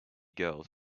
girls